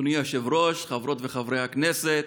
אדוני היושב-ראש, חברות וחברי הכנסת,